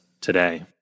today